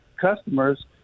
customers